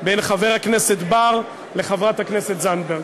חבר הכנסת בר וחברת הכנסת זנדברג,